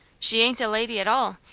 she ain't a lady at all,